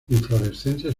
inflorescencias